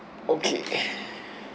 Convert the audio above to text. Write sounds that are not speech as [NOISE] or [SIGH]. okay [BREATH]